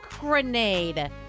grenade